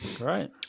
Right